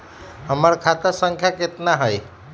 हमर खाता संख्या केतना हई?